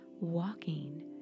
walking